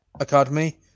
academy